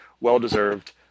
well-deserved